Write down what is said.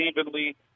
evenly